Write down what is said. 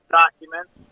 documents